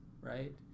right